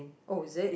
oh is it